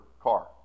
car